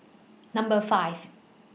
Number five